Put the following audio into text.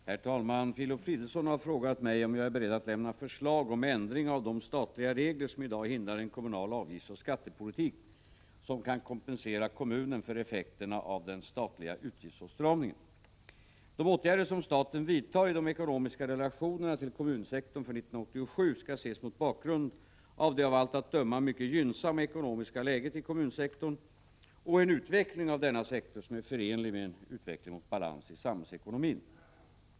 Herr talman! Filip Fridolfsson har frågat mig om jag är beredd att lämna förslag om ändring av de statliga regler som i dag hindrar en kommunal avgiftsoch skattepolitik som kan kompensera kommunen för effekterna av den statliga utgiftsåtstramningen. De åtgärder som staten vidtar i de ekonomiska relationerna till kommunsektorn för 1987 skall ses mot bakgrund av det av allt att döma mycket gynnsamma ekonomiska läget i kommunsektorn och en utveckling av denna sektor som är förenlig med en utveckling mot balans i samhällsekonomin.